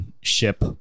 ship